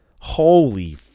Holy